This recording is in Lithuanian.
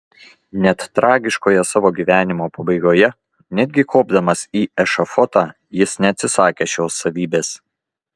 net tragiškoje savo gyvenimo pabaigoje netgi kopdamas į ešafotą jis neatsisakė šios savybės